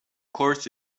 course